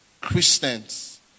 Christians